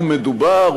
הוא מדובר,